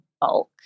bulk